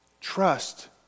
trust